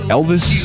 Elvis